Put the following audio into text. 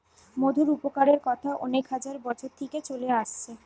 মধুর উপকারের কথা অনেক হাজার বছর থিকে চলে আসছে